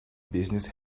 business